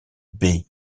bai